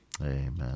Amen